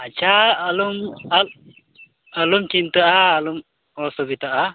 ᱟᱪᱪᱷᱟ ᱟᱞᱚᱢ ᱟᱞ ᱟᱞᱩᱢ ᱪᱤᱱᱛᱟᱹᱜᱼᱟ ᱟᱞᱚᱢ ᱚᱥᱩᱵᱤᱫᱟᱜᱼᱟ